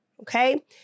Okay